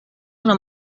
una